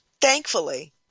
Thankfully